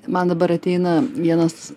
man dabar ateina vienas